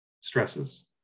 stresses